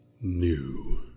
new